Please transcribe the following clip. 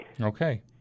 Okay